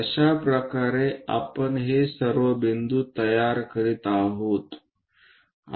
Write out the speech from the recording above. अशाप्रकारे आपण हे सर्व बिंदू तयार करीत आहोत